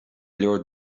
leor